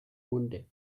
munde